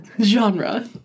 genre